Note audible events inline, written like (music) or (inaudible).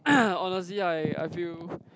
(noise) honestly I I feel